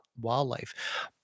wildlife